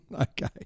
Okay